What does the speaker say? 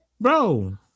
bro